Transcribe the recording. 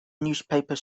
newspaper